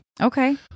Okay